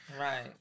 Right